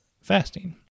fasting